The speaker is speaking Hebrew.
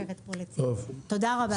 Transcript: תודה רבה.